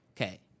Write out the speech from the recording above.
Okay